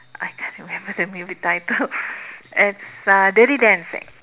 I can't remember the movie title it's uh dirty dancing